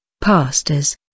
pastors